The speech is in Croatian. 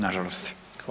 Nažalost.